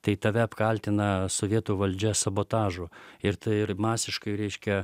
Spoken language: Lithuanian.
tai tave apkaltina sovietų valdžia sabotažu ir tai ir masiškai reiškia